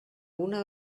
una